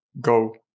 go